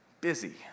busy